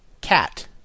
cat